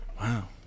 Wow